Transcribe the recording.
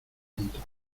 minutos